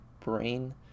brain